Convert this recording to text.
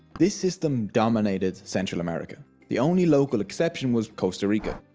this system dominated central america. the only local exception was costa rica.